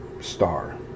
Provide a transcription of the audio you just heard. star